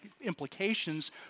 implications